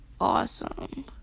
Awesome